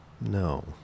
no